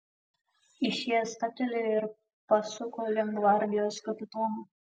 išėjęs stabtelėjo ir pasuko link gvardijos kapitono